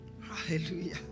hallelujah